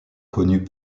connus